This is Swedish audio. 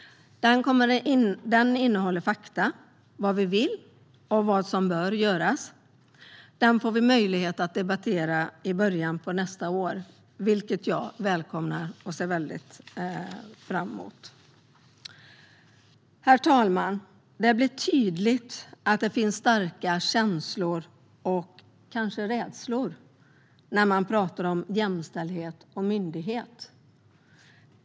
Den innehåller fakta, vad vi vill och vad som bör göras. I början på nästa år får vi möjlighet att debattera denna, och det välkomnar jag och ser fram emot. Herr talman! Det blir tydligt att det finns starka känslor och kanske rädslor när man pratar om jämställdhet och en myndighet.